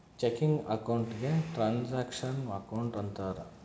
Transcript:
checking account ಗೆ transaction account ಅಂತಾರ